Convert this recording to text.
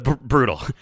Brutal